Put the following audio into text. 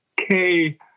okay